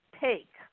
take